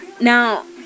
Now